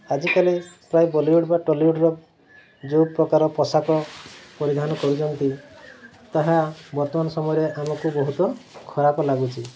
ଆଜିକାଲି ପ୍ରାୟ ବଲିଉଡ଼୍ ବା ଟଲିଉଡ଼୍ର ଯେଉଁ ପ୍ରକାର ପୋଷାକ ପରିଧାନ କରୁଛନ୍ତି ତାହା ବର୍ତ୍ତମାନ ସମୟରେ ଆମକୁ ବହୁତ ଖରାପ ଲାଗୁଛି